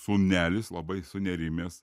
sūnelis labai sunerimęs